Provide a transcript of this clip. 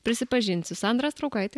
prisipažinsiu sandra straukaitė